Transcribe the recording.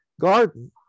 garden